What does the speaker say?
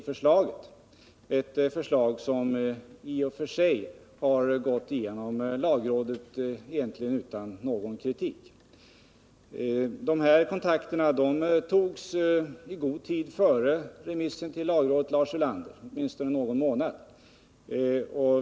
Förslaget har i och för sig gått igenom lagrådet utan någon egentlig kritik. Dessa kontakter togs i god tid före remissen till lagrådet, Lars Ulander - åtminstone någon månad innan.